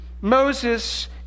Moses